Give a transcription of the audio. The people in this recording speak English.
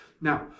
Now